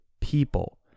people